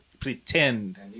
Pretend